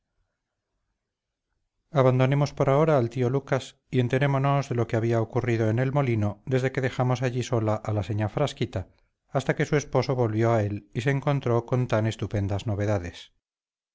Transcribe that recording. abandonemos por ahora al tío lucas y enterémonos de lo que había ocurrido en el molino desde que dejamos allí sola a la señá frasquita hasta que su esposo volvió a él y se encontró con tan estupendas novedades